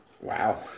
Wow